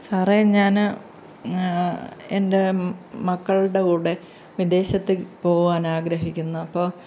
സാറേ ഞാൻ എൻ്റെ മക്കളുടെ കൂടെ വിദേശത്തു പോകാൻ ആഗ്രഹിക്കുന്നു അപ്പോൾ